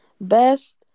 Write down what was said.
best